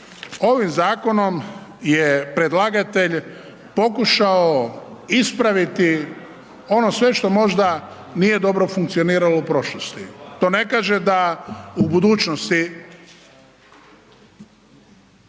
ovim zakonom je predlagatelj pokušao ispraviti ono sve što možda nije dobro funkcioniralo u prošlosti. To ne kaže da u budućnosti